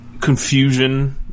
Confusion